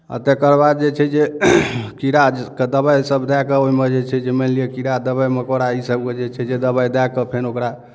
आ तकर बाद जे छै जे कीड़ाके दवाइसभ दए कऽ ओहिमे जे छै जे मानि लिअ कीड़ा दवाइ मकोड़ा ईसभके जे छै जे दवाइ दए कऽ फेर ओकरा